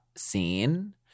scene